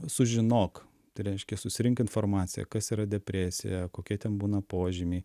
sužinok tai reiškia susirink informaciją kas yra depresija kokie ten būna požymiai